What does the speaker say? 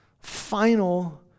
final